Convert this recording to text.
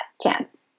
chance